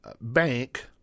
bank